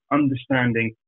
understanding